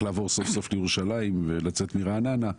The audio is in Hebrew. לעבור סוף-סוף לירושלים ולצאת מרעננה.